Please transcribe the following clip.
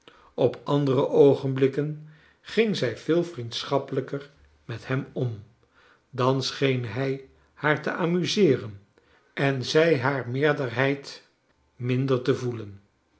op andere oogenblikken ging zij veel vriendschappelijker met hem om dan scheen hij haar te amuse er en en zij haar meerderheid minder te voelen